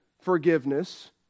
forgiveness